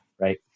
Right